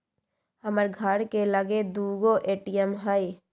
हमर घर के लगे दू गो ए.टी.एम हइ